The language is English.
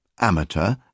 amateur